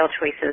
choices